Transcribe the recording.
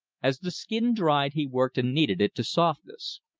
as the skin dried he worked and kneaded it to softness.